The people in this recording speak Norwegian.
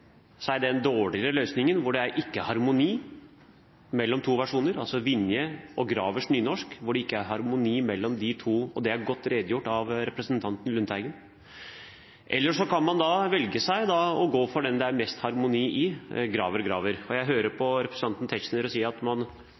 Så har man to valg: Man kan velge den dårligere løsningen, hvor det ikke er harmoni mellom to versjoner, altså Vinje og Gravers nynorsk. Det er ikke harmoni mellom de to, og det er godt redegjort for av representanten Lundteigen. Eller man kan velge å gå for den det er mest harmoni i, Graver og Graver. Jeg hører representanten Tetzschner si at